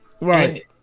right